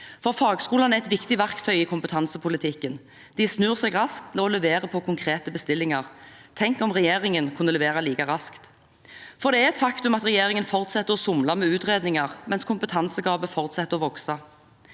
for fagskolene er et viktig verktøy i kompetansepolitikken. De snur seg raskt og leverer på konkrete bestillinger. Tenk om regjeringen kunne levere like raskt. Det er et faktum at regjeringen fortsetter å somle med utredninger mens kompetansegapet fortsetter å vokse.